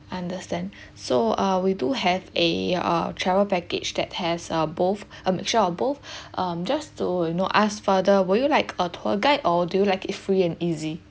understand so uh we do have a a travel package that has uh both a mixture of both um just to you know ask further would you like a tour guide or do you like it free and easy